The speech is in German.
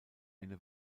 eine